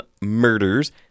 Murders